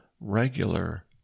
regular